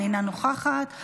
אינה נוכחת,